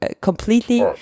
completely